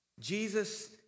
Jesus